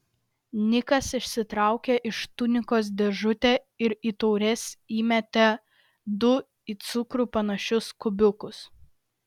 nikas išsitraukė iš tunikos dėžutę ir į taures įmetė du į cukrų panašius kubiukus